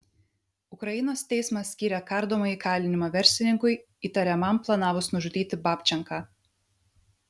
ukrainos teismas skyrė kardomąjį kalinimą verslininkui įtariamam planavus nužudyti babčenką